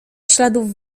śladów